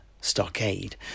stockade